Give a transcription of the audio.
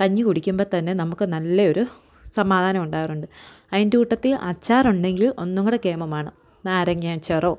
കഞ്ഞി കുടിക്കുമ്പോൾ തന്നെ നമുക്ക് നല്ലയൊരു സമാധാനം ഉണ്ടാകാറുണ്ട് അതിന്റെ കൂട്ടത്തിൽ അച്ചാറുണ്ടെങ്കിൽ ഒന്നൂടെ കേമമാണ് നാരങ്ങാ അച്ചാറോ